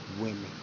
women